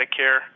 Medicare